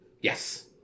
Yes